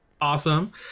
Awesome